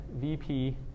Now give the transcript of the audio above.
Vp